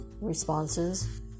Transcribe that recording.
responses